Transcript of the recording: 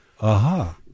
Aha